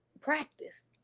practice